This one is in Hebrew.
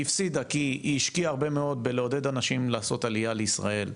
היא הפסידה כי היא השקיעה הרבה מאוד בלעודד אנשים לעשות עלייה לישראל,